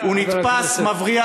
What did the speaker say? עכשיו הוא נתפס מבריח